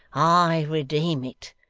i redeem it.